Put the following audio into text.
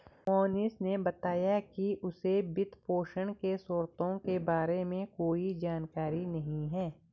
मोहनीश ने बताया कि उसे वित्तपोषण के स्रोतों के बारे में कोई जानकारी नही है